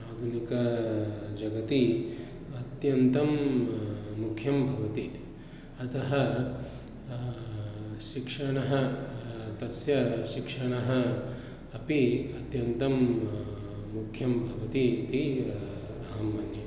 आधुनिकः जगति अत्यन्तं मुख्यं भवति अतः शिक्षणः तस्य शिक्षणः अपि अत्यन्तं मुख्यं भवति इति अहं मन्ये